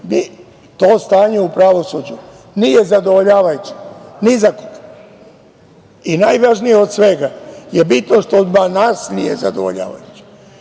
to stanje u pravosuđu nije zadovoljavajuće ni za koga i najvažnije od svega je bitno što od nas nije zadovoljavajuće.